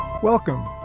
Welcome